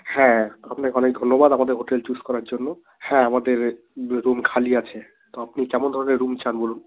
হ্যাঁ আপনাকে অনেক ধন্যবাদ আমাদের হোটেল চুজ করার জন্য হ্যাঁ আমাদের রুম খালি আছে তো আপনি কেমন ধরনের রুম চান বলুন